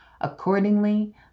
Accordingly